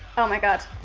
oh my god.